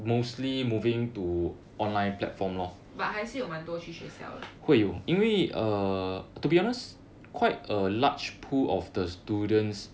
but 还是有蛮多去学校